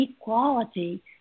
equality